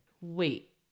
wait